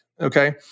Okay